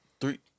three